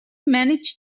managed